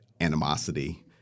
animosity